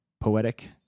poetic